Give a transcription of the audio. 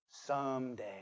Someday